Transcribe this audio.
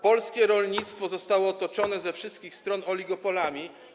Polskie rolnictwo zostało otoczone ze wszystkich stron oligopolami.